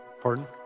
pardon